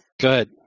Good